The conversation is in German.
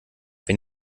wenn